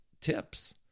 tips